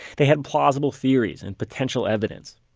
they had plausible theories and potential evidence.